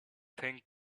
thing